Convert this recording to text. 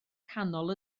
canol